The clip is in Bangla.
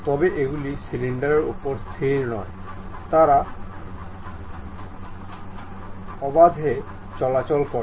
তবে এগুলি সিলিন্ডারের উপর স্থির নয় তারা অবাধে চলাচল করছে